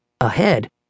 Ahead